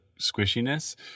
squishiness